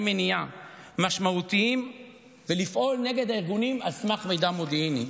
מניעה משמעותיים ולפעול נגד הארגונים על סמך מידע מודיעיני.